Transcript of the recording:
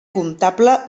comptable